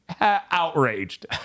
outraged